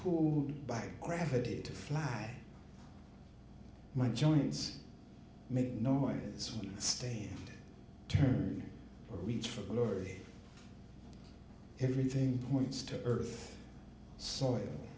pool by gravity to fly my joints make noises stay turn reach for glory everything points to earth soil